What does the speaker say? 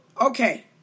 okay